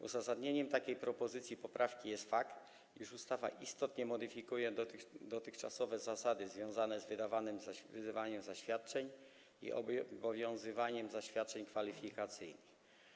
Uzasadnieniem takiej propozycji poprawki jest fakt, iż ustawa istotnie modyfikuje dotychczasowe zasady związane z wydawaniem zaświadczeń i obowiązywaniem zaświadczeń kwalifikacyjnych.